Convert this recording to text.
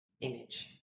image